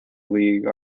league